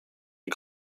die